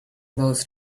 those